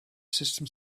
sustem